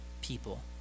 people